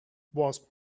was